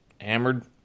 hammered